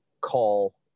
call